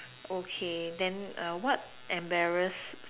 okay then what embarrass